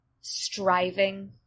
striving